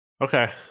Okay